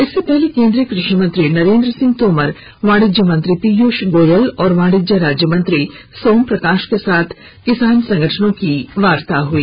इससे पहले केन्द्रीय कृषि मंत्री नरेंद्र सिंह तोमर वाणिज्य मंत्री पीयूष गोयल और वाणिज्य राज्य मंत्री सोम प्रकाश के साथ किसान संगठनों की वार्ता हुई